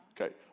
Okay